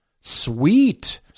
Sweet